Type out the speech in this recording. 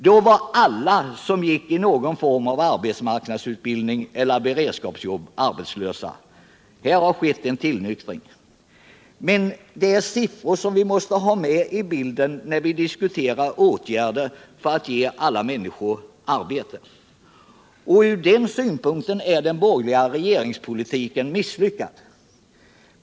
Då var alla som gick i någon form av arbetsmarknadsutbildning eller som hade beredskapsjobb arbetslösa. Här har skett en tillnyktring. Men det är siffror som vi måste ha med i bilden när vi diskuterar åtgärder för att ge alla människor arbete. Och ur den synpunkten är den borgerliga regeringspolitiken misslyckad.